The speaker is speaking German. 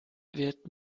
wird